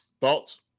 Thoughts